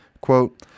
quote